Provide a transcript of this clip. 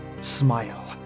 smile